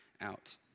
out